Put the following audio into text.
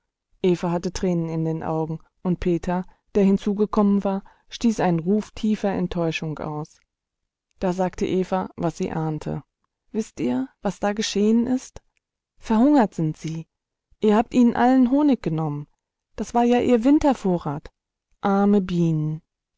eva hatte tränen in den augen und peter der hinzugekommen war stieß einen ruf tiefer enttäuschung aus da sagte eva was sie ahnte wißt ihr was da geschehen ist verhungert sind sie ihr habt ihnen allen honig genommen das war ja ihr wintervorrat arme bienen